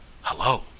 Hello